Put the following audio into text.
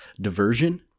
diversion